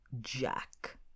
jack